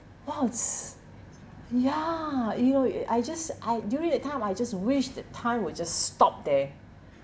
!wow! it's ya you I just I during that time I just wish that time would just stop there